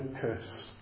curse